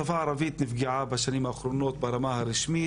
השפה הערבית נפגעה בשנים האחרונות ברמה הרשמית,